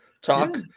talk